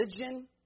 religion